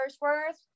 worth